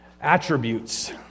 attributes